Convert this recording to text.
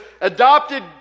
adopted